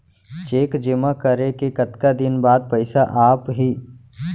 Cheque जेमा करें के कतका दिन बाद पइसा आप ही?